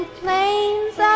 planes